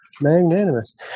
Magnanimous